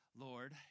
Lord